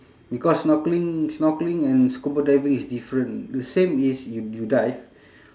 because snorkeling snorkeling and scuba diving is different the same is y~ you dive